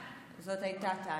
זו הייתה טניה.